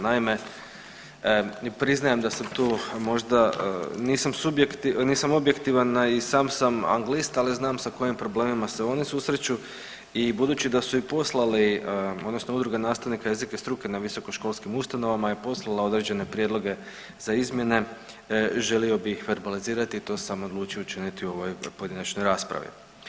Naime, i priznajem da sam tu možda, nisam objektivan i sam sam anglist, ali znam sa kojim problemima se oni susreću i budući da su i poslali odnosno udruga nastavnika jezika struke na visokoškolskim ustanovama je poslala određene prijedloge za izmjene, želio bi ih verbalizirati i to sam odlučio učiniti u ovoj pojedinačnoj raspravi.